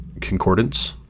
concordance